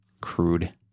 crude